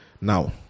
Now